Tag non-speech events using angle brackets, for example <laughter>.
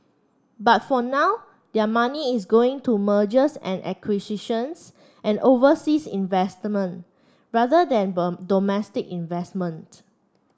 but for now their money is going to mergers and acquisitions and overseas investment rather than <unintelligible> domestic investment